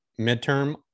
midterm